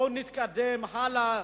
בואו נתקדם הלאה.